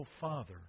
Father